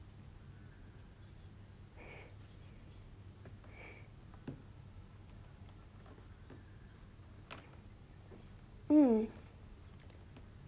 mm